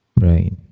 Right